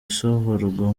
asohorwa